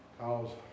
cause